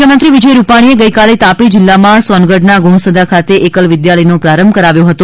મુખ્યમંત્રી વિજય રૂ ાણીએ ગઇકાલે તા ી જિલ્લામાં સોનગઢના ગુણસદા ખાતે એકલ વિદ્યાલયનો પ્રારંભ કરાવ્યો હતો